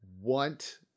want